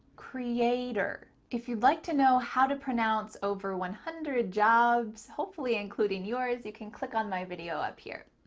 creator. if you'd like to know how to pronounce over one hundred jobs, hopefully including yours, you can click on my video up here.